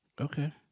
Okay